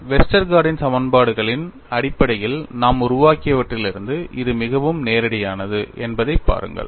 வெஸ்டர்கார்டின் Westergaard's சமன்பாடுகளின் அடிப்படையில் நாம் உருவாக்கியவற்றிலிருந்து இது மிகவும் நேரடியானது என்பதைப் பாருங்கள்